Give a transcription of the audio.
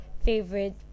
favorite